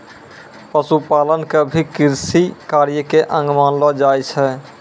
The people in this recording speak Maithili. पशुपालन क भी कृषि कार्य के अंग मानलो जाय छै